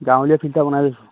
গাঁৱলীয়া ফিল্টাৰ বনাই লৈছোঁ